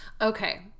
Okay